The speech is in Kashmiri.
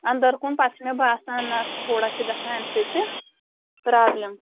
اَنٛدَر کُن پَتہٕ چھُ مےٚ باسان نَہ تھوڑا چھِ گژھان اَمہِ سۭتۍ تہِ پرٛابلِم